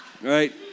Right